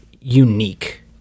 unique